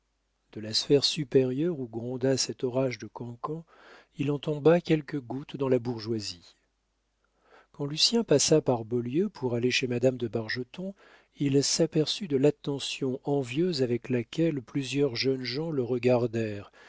de la sphère supérieure où gronda cet orage de cancans il en tomba quelques gouttes dans la bourgeoisie quand lucien passa par beaulieu pour aller chez madame de bargeton il s'aperçut de l'attention envieuse avec laquelle plusieurs jeunes gens le